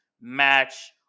match